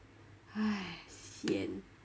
!hais! sian